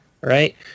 right